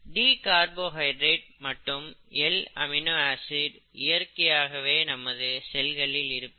D carbohydrate மற்றும் L amino acid இயற்கையாகவே நமது செல்களில் இருப்பவை